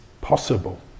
possible